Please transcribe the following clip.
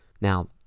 Now